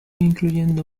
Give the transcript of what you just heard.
incluyendo